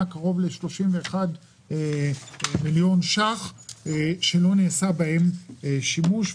קרוב ל-31 מיליון ש"ח שלא נעשה בהם שימוש.